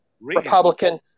Republican